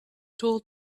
told